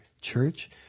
church